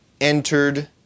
entered